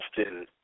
often